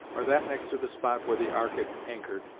or that next to the spot where the ark had anchored,